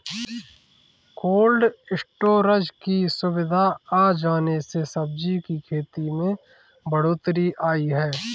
cold storage की सुविधा आ जाने से सब्जी की खेती में बढ़ोत्तरी आई है